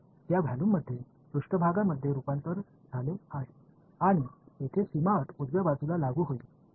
तेथेच त्या व्हॉल्यूमचे पृष्ठभागामध्ये रूपांतरण झाले आहे आणि येथे सीमा अट उजव्या बाजूला लागू होईल